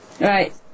right